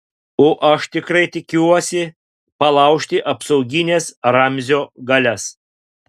o aš tikrai tikiuosi palaužti apsaugines ramzio galias